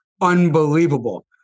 unbelievable